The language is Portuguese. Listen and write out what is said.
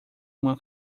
uma